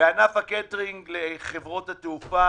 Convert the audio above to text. בענף הקייטרינג לחברות התעופה